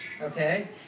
Okay